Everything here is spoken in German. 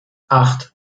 acht